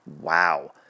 Wow